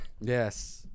Yes